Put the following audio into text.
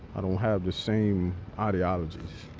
i don't have the same ideologies.